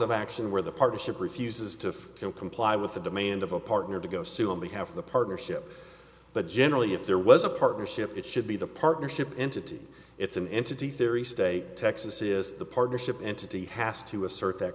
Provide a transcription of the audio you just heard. of action where the partnership refuses to comply with the demand of a partner to go soon because of the partnership but generally if there was a partnership it should be the partnership entity it's an entity theory state texas is the partnership entity has to assert that